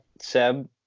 Seb